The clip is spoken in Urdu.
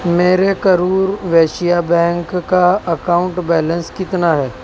میرے کرور ویشیہ بینک کا اکاؤنٹ بیلنس کتنا ہے